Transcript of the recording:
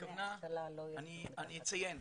אני אציין,